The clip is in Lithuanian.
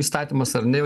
įstatymas ar ne